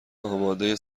آماده